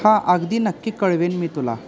हां अगदी नक्की कळवेन मी तुला